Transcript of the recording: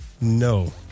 No